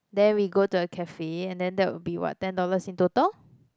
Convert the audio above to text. then we go to a cafe and then that will be what ten dollars in total